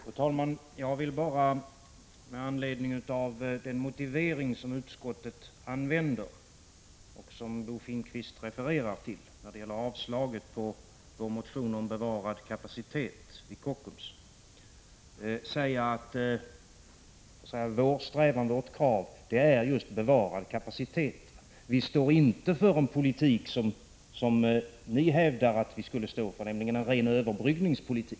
Fru talman! Jag vill bara med anledning av den motivering som utskottet använder och som Bo Finnkvist refererar till när det gäller yrkandet om avslag på vår motion om bevarad kapacitet vid Kockums säga att vår strävan, vårt krav, är just bevarad kapacitet. Vi står inte för en politik av det slag som ni hävdar att vi skulle stå för, nämligen en ren överbryggningspolitik.